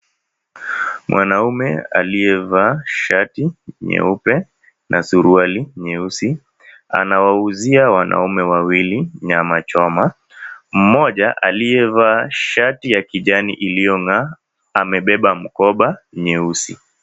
Mwanaume aliyevaa shati nyeupe na suruali nyeusi anawauzia wanaume wawili nyama choma. Mmoja aliyevaa shati ya kijani iliyong'aa amebeba mkoba nyeusi.